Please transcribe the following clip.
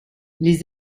les